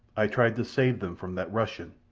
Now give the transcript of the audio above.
ay tried to save them from that russian.